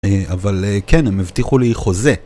אבל כן, הם הבטיחו לי חוזה.